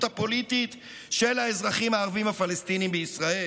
הפוליטית של האזרחים הערבים הפלסטינים בישראל